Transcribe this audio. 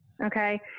Okay